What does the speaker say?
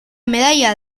medalla